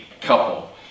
couple